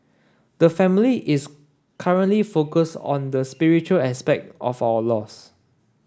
the family is currently focused on the spiritual aspect of our loss